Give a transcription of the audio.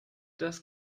das